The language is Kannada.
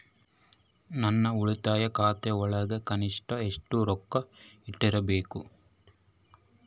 ನನ್ನ ಉಳಿತಾಯ ಖಾತೆಯೊಳಗ ಕನಿಷ್ಟ ಎಷ್ಟು ರೊಕ್ಕ ಇಟ್ಟಿರಬೇಕು?